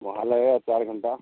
वहाँ लगेगा चार घंटा